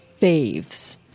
faves